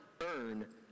earn